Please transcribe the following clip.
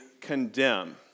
condemn